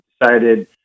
decided